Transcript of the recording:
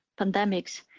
pandemics